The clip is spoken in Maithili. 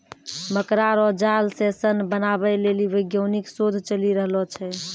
मकड़ा रो जाल से सन बनाबै लेली वैज्ञानिक शोध चली रहलो छै